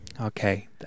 okay